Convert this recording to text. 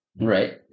Right